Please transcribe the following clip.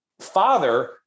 father